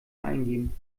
eingeben